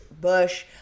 Bush